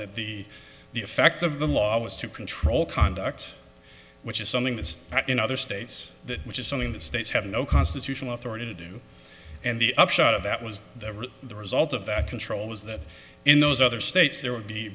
that the effect of the law was to control conduct which is something that is other states which is something that states have no constitutional authority to do and the upshot of that was the result of that control was that in those other states there would be